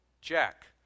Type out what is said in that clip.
Jack